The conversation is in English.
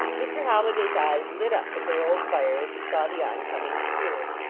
mr. holli day s eyes lit up with their old fire as he saw the on-coming sphere.